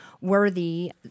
worthy